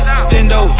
stendo